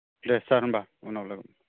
दे सार होमबा उनाव रायलायगोन